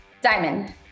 Diamond